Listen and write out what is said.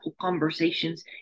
conversations